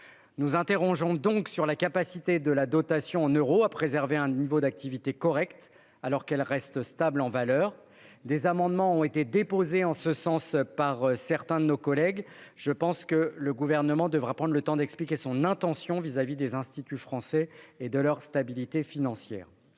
nous interrogeons donc sur la capacité de la dotation en euros à préserver un niveau d'activité correcte, alors même qu'elle reste stable en valeur. Des amendements ont été déposés en ce sens par certains de nos collègues, et je pense que le Gouvernement devra prendre le temps d'expliquer son intention s'agissant des instituts français et de leur stabilité financière.